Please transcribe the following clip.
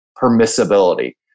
permissibility